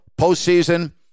postseason